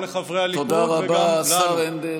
וגם לחברי הליכוד וגם אצלנו, תודה רבה, השר הנדל.